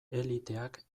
eliteak